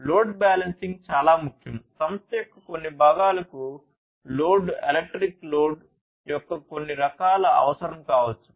load balancing చాలా ముఖ్యం సంస్థ యొక్క కొన్ని భాగాలకు లోడ్ ఎలక్ట్రిక్ లోడ్ యొక్క కొన్ని రకాల అవసరం కావచ్చు